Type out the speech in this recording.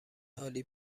عالی